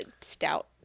Stout